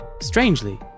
Strangely